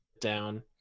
down